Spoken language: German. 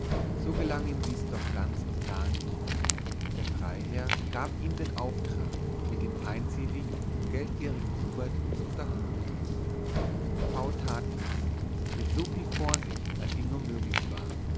so gelang ihm dies doch ganz und gar nicht der freiherr gab ihm den auftrag mit dem feindseligen geldgierigen hubert zu unterhandeln v tat dies mit so viel vorsicht als ihm nur möglich war